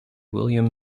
william